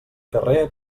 carrer